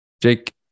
jake